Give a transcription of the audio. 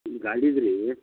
ನಮ್ಮ ಗಾಡಿದು ರೀ